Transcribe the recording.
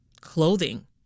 clothing